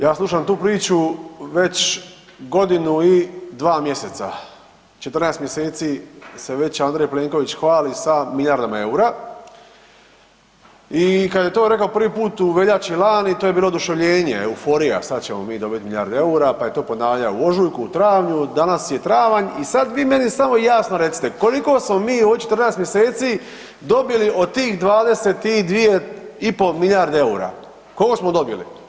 Ja slušam tu priču već godinu i dva mjeseca, 14 mjeseci se već Andrej Plenković hvali sa milijardama EUR-a i kad je to rekao prvi put u veljači lani to je bilo oduševljenje, euforija, sad ćemo mi dobit milijardu EUR-a, pa je to ponavljao u ožujku, u travnju, danas je travanj i sad vi meni samo jasno recite koliko smo mi u ovih 14 mjeseci dobili od tih 22,5 milijarde EUR-a, koliko smo dobili?